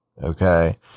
Okay